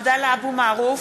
(קוראת בשמות חברי הכנסת) עבדאללה אבו מערוף,